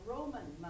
Roman